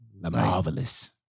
Marvelous